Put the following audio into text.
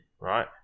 Right